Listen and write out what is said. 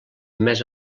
més